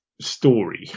Story